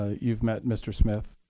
ah you've met mr. smith,